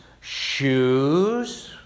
shoes